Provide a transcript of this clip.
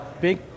big